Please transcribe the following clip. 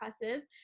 impressive